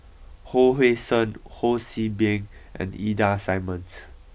Hon Sui Sen Ho See Beng and Ida Simmons